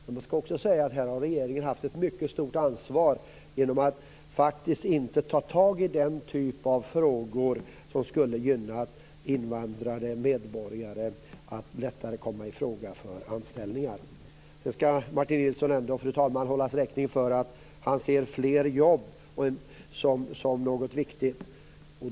Men jag skall också säga att här har regeringen haft ett mycket stort ansvar genom att faktiskt inte ta tag i den typ av frågor som skulle gynna invandrade medborgare att lättare komma i fråga för anställningar. Sedan, fru talman, skall Martin Nilsson ändå hållas räkning för att han ser fler jobb som något viktigt.